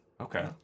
Okay